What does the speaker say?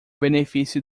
benefício